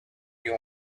you